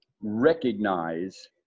recognize